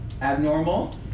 abnormal